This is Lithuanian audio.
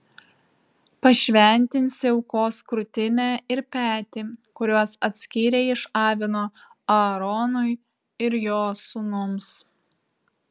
pašventinsi aukos krūtinę ir petį kuriuos atskyrei iš avino aaronui ir jo sūnums